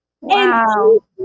Wow